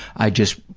i just